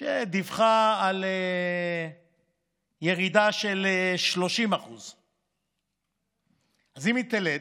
שדיווחה על ירידה של 40%. אז אם היא תלד